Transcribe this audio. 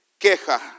queja